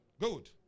Good